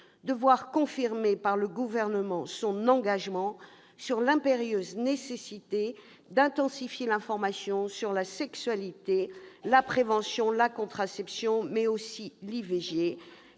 de voir confirmer par le Gouvernement son engagement sur l'impérieuse nécessité d'intensifier l'information sur la sexualité, la prévention, la contraception, mais aussi sur l'IVG,